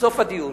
בסוף הדיון,